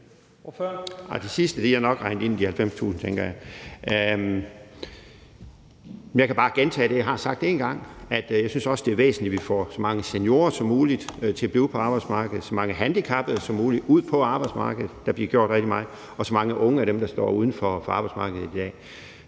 De sidste er nok regnet ind i de 90.000, tænker jeg. Men jeg kan bare gentage det, jeg har sagt én gang: at jeg også synes, det er væsentligt, at vi får så mange seniorer som muligt til at blive på arbejdsmarkedet, at vi får så mange handicappede som muligt ud på arbejdsmarkedet – der bliver gjort rigtig meget – og at vi får så mange som muligt af de unge, der i dag står uden for arbejdsmarkedet, ud